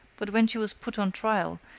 but when she was put on trial,